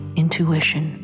intuition